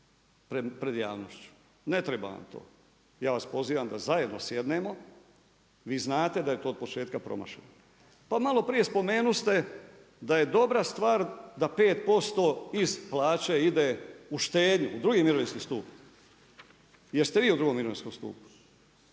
pred javnošću. Ne treba nam to. Ja vas pozivam da zajedno sjednemo, vi znate da je to od početka promašeno. Pa maloprije spomenuste, da je dobra stvar da 5% iz plaće ide u štednju, u drugi mirovinski stup. Jest vi u drugom mirovinskom stupu?